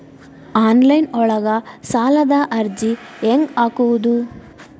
Online ಒಳಗ ಸಾಲದ ಅರ್ಜಿ ಹೆಂಗ್ ಹಾಕುವುದು?